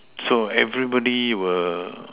so everybody were